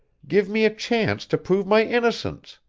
give me a chance to prove my innocence!